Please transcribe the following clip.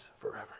forever